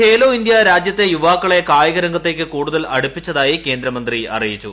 Khelo India രാജ്യത്തെ യുവാക്കളെ കായിക രംഗത്തേയ്ക്ക് കൂടുതൽ അടുപ്പിച്ചതായി കേന്ദ്ര മന്ത്രി അറിയിച്ചു